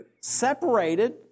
Separated